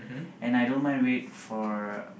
and I don't mind wait for